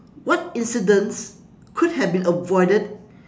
what incidents could have been avoided